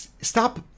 Stop